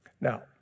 Now